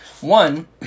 One